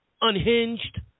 Unhinged